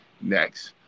Next